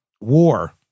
war